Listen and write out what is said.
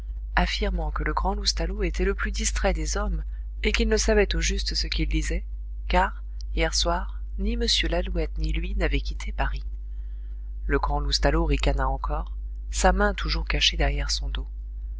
affirmant que le grand loustalot était le plus distrait des hommes et qu'il ne savait au juste ce qu'il disait car hier soir ni m lalouette ni lui n'avaient quitté paris le grand loustalot ricana encore sa main toujours cachée derrière son dos